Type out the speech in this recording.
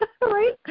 Right